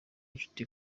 inshuti